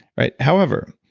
right? however,